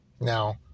Now